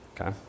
okay